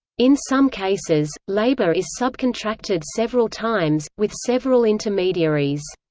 in some cases, labour is subcontracted several times, with several intermediaries.